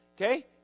Okay